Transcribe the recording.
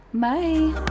bye